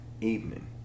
evening